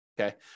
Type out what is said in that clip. okay